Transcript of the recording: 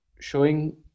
showing